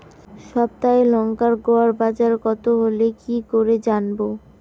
সপ্তাহে লংকার গড় বাজার কতো হলো কীকরে জানবো?